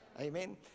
amen